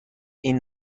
این